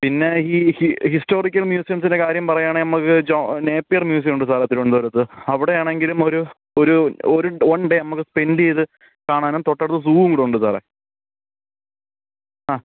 പിന്നെ ഈ ഹി ഹിസ്റ്റോറിക്കൽ മ്യൂസിയത്തിൻ്റെ കാര്യം പറയാനാണെൽ നമുക്ക് ജോ നേപ്പിയർ മ്യുസിയം ഉണ്ട് സാറേ തിരുവനന്തപുരത്ത് അവിടെയാണെങ്കിലും ഒരു ഒരു ഒരു വൺ ഡേ നമുക്ക് സ്പെൻഡ് ചെയ്ത് കാണാനും തൊട്ടടുത്ത് സൂവും കൂടുണ്ട് സാറേ ആ